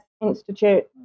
Institute